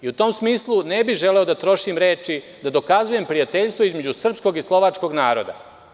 U tom smislu, ne bih želeo da trošim reči da dokazujem prijateljstvo između srpskog i slovačkog naroda.